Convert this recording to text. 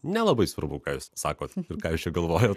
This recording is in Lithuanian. nelabai svarbu ką jūs sakote ir ką aš galvoju